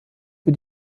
für